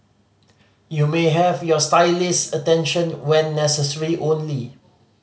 you may have your stylist's attention when necessary only